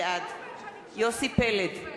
בעד יוסי פלד,